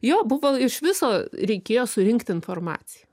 jo buvo iš viso reikėjo surinkti informaciją